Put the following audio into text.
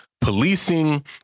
Policing